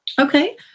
Okay